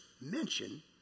mention